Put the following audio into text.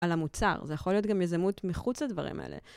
על המוצר, זה יכול להיות גם יזמות מחוץ לדברים האלה.